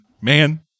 man